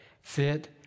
fit